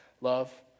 Love